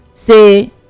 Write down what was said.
Say